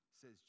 says